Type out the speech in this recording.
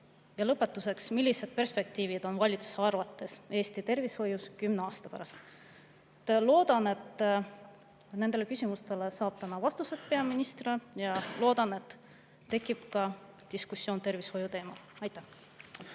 Ja lõpetuseks, millised perspektiivid on valitsuse arvates Eesti tervishoius kümne aasta pärast? Loodan, et nendele küsimustele saab täna peaministrilt vastused, ja loodan, et tekib diskussioon tervishoiuteemal. Aitäh!